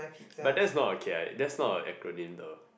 but that's not okay that's not a acronym though